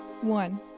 One